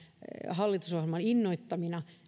hallitusohjelman innoittamina